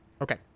Okay